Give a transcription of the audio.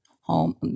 home